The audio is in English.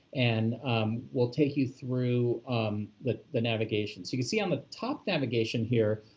and we'll take you through the the navigation. so you can see on the top navigation here,